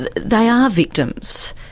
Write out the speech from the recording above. they are victims,